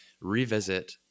revisit